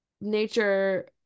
nature